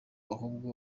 ahubwo